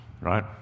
right